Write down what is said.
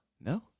no